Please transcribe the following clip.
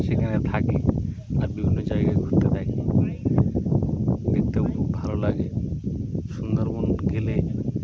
সেখানে থাকি আর বিভিন্ন জায়গায় ঘুরতে থাকি দেখতেও খুব ভালো লাগে সুন্দরবন গেলে